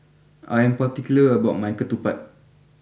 I am particular about my Ketupat